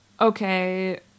okay